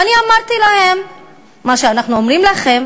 ואני אמרתי להם מה שאנחנו אומרים לכם